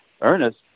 Ernest